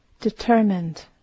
determined